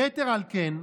יתר על כן,